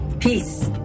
Peace